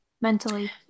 mentally